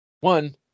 one